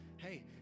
Hey